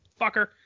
fucker